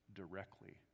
directly